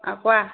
অ কোৱা